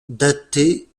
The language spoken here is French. datées